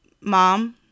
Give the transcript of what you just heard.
Mom